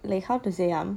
like how to say ah